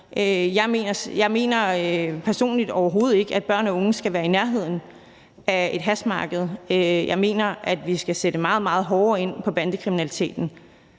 Jeg mener personligt overhovedet ikke, at børn og unge skal være i nærheden af et hashmarked. Jeg mener, at vi skal sætte meget, meget hårdere ind over for bandekriminaliteten,